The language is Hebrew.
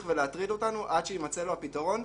ולהטריד אותנו עד שיימצא לו הפתרון,